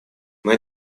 моя